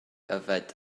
yfed